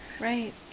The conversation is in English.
Right